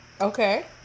Okay